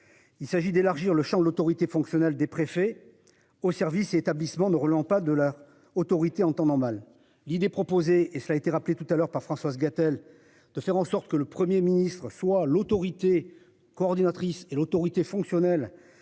Il s'agit d'élargir le Champ l'autorité fonctionnelle des préfets. Aux services et établissements de Roland, pas de leur autorité en temps normal. L'idée proposée et ça a été rappelé tout à l'heure par Françoise Gatel de faire en sorte que le Premier Ministre soit l'autorité coordinatrice et l'autorité fonctionnelle.